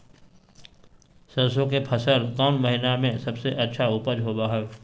सरसों के फसल कौन महीना में सबसे अच्छा उपज होबो हय?